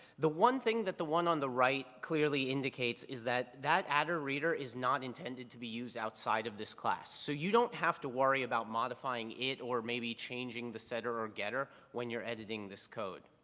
the one thing that the one on the right clearly indicates is that that adder reader is not intended to be used outside of this class. so you don't have to worry about modifying it or maybe changing the setter or getter when you're editing this code.